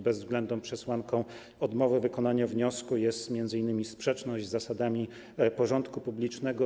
Bezwzględną przesłanką odmowy wykonania wniosku jest m.in. sprzeczność z zasadami porządku publicznego.